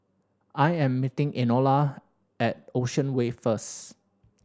I am meeting Enola at Ocean Way first